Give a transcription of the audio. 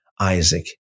isaac